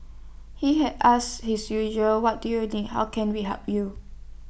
he had asked his usual what do you need how can we help you